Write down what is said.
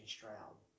Stroud